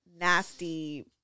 nasty